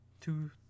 two